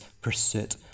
pursuit